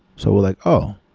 so we're like, oh!